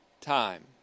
time